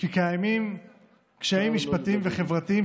כי קיימים קשיים משפטיים וחברתיים